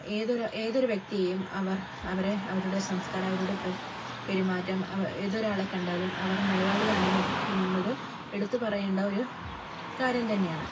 ഏതൊരു ഏതൊരു വ്യക്തിയേയും അവർ അവരെ അവരുടെ സംസ്കാരം അവരുടെ പ്രവർത്തി പെരുമാറ്റം ഏതൊരാളെ കണ്ടാലും അവർ മലയാളിയാണെന്നത് എന്നത് എടുത്തു പറയേണ്ട ഒരു കാര്യം തന്നെയാണ്